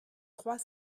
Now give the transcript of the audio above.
trois